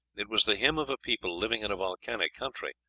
it was the hymn of a people living in a volcanic country,